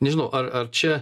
nežinau ar ar čia